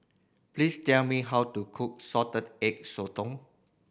please tell me how to cook Salted Egg Sotong